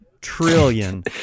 trillion